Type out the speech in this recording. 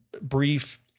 brief